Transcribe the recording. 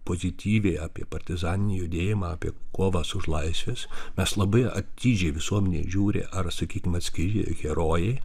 pozityviai apie partizaninį judėjimą apie kovas už laisves mes labai atidžiai visuomenė žiūri ar sakykim atskiri herojai